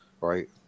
right